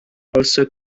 also